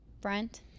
Brent